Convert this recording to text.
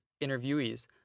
interviewees